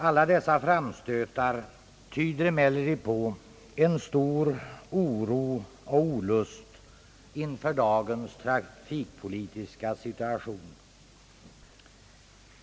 Alla dessa framstötar tyder emellertid på en stor oro och olust inför dagens trafikpolitiska situation.